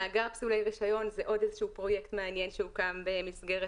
מאגר פוסלי רישיון זה עוד פרויקט מעניין שהוקם במסגרת